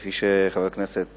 כפי שחבר הכנסת